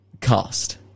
cost